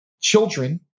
children